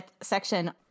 section